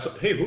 Hey